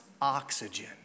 oxygen